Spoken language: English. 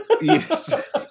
Yes